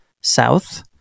south